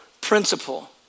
principle